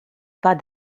pas